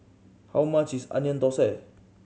how much is Onion Thosai